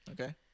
Okay